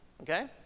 Okay